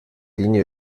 linie